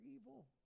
evil